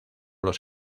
los